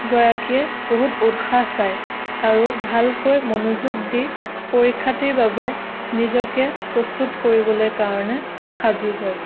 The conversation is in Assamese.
গৰাকীয়ে বহুত উৎসাহ পায় আৰু ভালকৈ মনোযোগ দি পৰীক্ষাটিৰ বাবে নিজতে প্ৰস্তুত কৰিবলৈ কাৰণে সাজু হয়